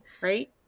right